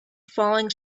falling